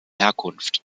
herkunft